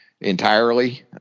Entirely